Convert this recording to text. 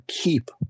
keep